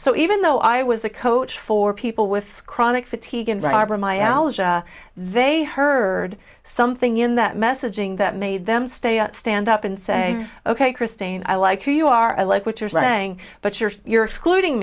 so even though i was a coach for people with chronic fatigue and robbery my all they heard something in that messaging that made them stay out stand up and say ok christine i like who you are i like what you're saying but you're you're excluding